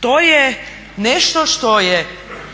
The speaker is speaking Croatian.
To je nešto što je